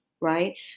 Right